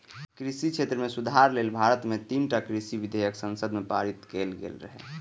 कृषि क्षेत्र मे सुधार लेल भारत मे तीनटा कृषि विधेयक संसद मे पारित कैल गेल रहै